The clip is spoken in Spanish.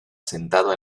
sentado